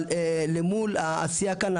אבל למול העשייה כאן,